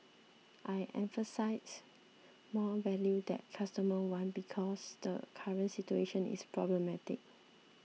i emphasised more value that customers want' because the current situation is problematic